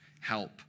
help